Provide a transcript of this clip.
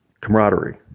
camaraderie